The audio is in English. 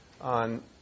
on